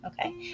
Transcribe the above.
okay